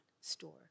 store